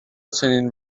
چنین